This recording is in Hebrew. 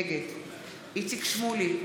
נגד איציק שמולי,